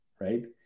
Right